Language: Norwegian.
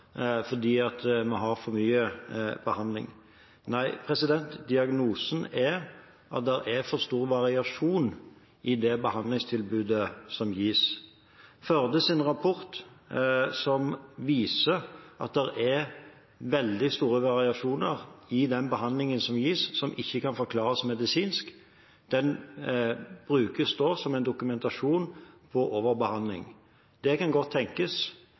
fordi vi har for mye behandling. Nei, diagnosen er at det er for stor variasjon i det behandlingstilbudet som gis. Førdes rapport, som viser at det er veldig store variasjoner i den behandlingen som gis, som ikke kan forklares medisinsk, brukes da som en dokumentasjon på overbehandling. Det kan godt tenkes,